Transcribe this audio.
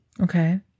Okay